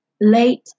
late